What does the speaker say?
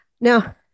Now